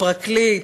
לפרקליט,